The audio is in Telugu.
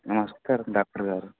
నమస్కారం డాక్టర్గారు